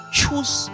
choose